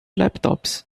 laptops